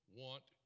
want